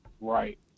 Right